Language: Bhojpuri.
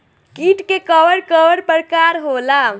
कीट के कवन कवन प्रकार होला?